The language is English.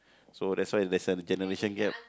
so there's a there's a generation gap